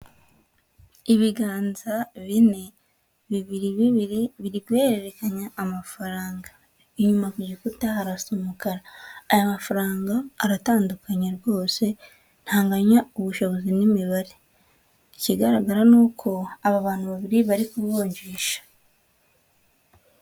Ibiganza bine. Bibiri bibiri biri guhererekanya amafaranga. Inyuma ku gikuta harasa umukara. Aya mafaranga aratandukanye rwose, ntanganya ubushobozi n'imibare. Ikigaragara ni uko aba bantu babiri bari kuvunjisha.